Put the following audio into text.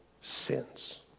sins